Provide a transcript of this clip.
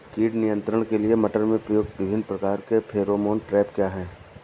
कीट नियंत्रण के लिए मटर में प्रयुक्त विभिन्न प्रकार के फेरोमोन ट्रैप क्या है?